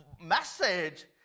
message